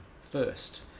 first